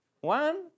One